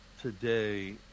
today